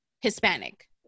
Hispanic